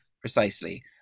Precisely